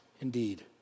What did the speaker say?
Indeed